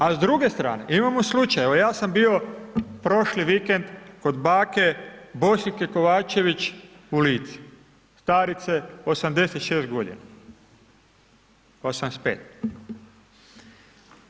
A s druge strane imamo slučaj, evo ja sam bio prošli vikend kod bake Bosiljke Kovačević u Lici, starice 86.g., 85.